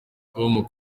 com